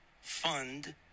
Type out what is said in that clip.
fund